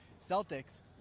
celtics